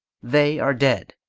they are dead.